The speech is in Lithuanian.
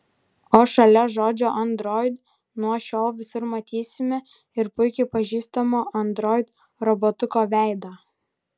o šalia žodžio android nuo šiol visur matysime ir puikiai pažįstamo android robotuko veidą